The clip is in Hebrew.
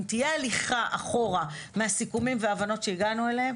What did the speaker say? אם תהיה הליכה אחורה מהסיכומים והבנות שהגענו אליהם,